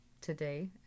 Today